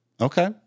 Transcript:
Okay